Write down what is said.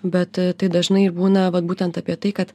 bet tai dažnai ir būna vat būtent apie tai kad